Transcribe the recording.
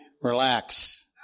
relax